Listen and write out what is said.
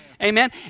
Amen